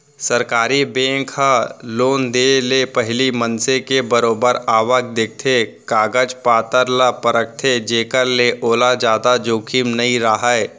सरकारी बेंक ह लोन देय ले पहिली मनसे के बरोबर आवक देखथे, कागज पतर ल परखथे जेखर ले ओला जादा जोखिम नइ राहय